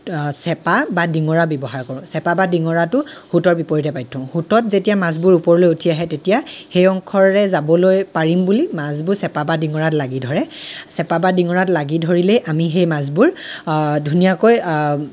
চেপা বা ডিঙৰা ব্যৱহাৰ কৰোঁ চেপা বা ডিঙৰাটো সোঁতৰ বিপৰীতে পাতি থওঁ সোঁতত যেতিয়া মাছবোৰ ওপৰলৈ উঠি আহে তেতিয়া সেই অংশৰে যাবলৈ পাৰিম বুলি মাছবোৰ চেপা বা ডিঙৰাত লাগি ধৰে চেপা বা ডিঙৰাত লাগি ধৰিলেই আমি সেই মাছবোৰ ধুনীয়াকৈ